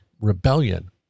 rebellion